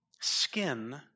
Skin